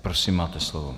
Prosím, máte slovo.